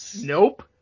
nope